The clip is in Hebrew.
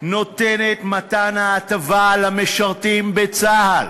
נותנת הטבה למשרתים בצה"ל,